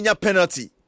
penalty